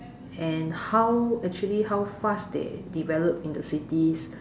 and how actually how fast they developed in the cities